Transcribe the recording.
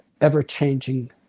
ever-changing